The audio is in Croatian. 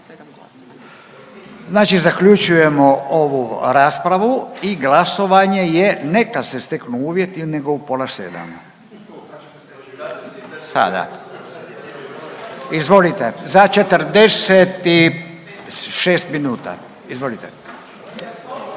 Znači zaključujemo ovu raspravu i glasovanje je ne kada se steknu uvjeti nego u pola 7, sada. Izvolite za 46 minuta. Izvolite.